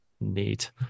Neat